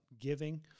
giving